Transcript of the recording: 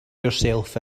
yourself